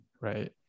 right